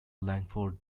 langford